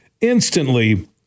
instantly